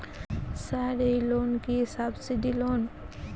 Sir এই loan কি subsidy loan?